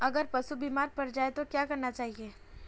अगर पशु बीमार पड़ जाय तो क्या करना चाहिए?